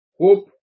hope